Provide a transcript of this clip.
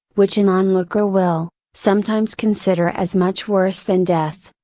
which an onlooker will, sometimes consider as much worse than death.